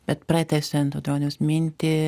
bet pratęsiant audroniaus mintį